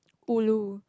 ulu